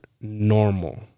normal